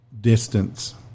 distance